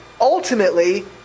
ultimately